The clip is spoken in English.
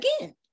again